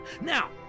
Now